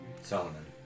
Solomon